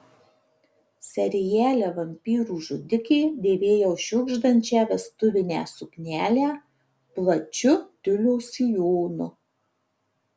seriale vampyrų žudikė dėvėjau šiugždančią vestuvinę suknelę plačiu tiulio sijonu